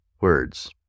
words